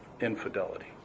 infidelity